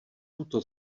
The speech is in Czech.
tuto